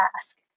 ask